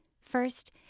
First